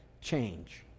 change